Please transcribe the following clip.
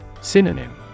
Synonym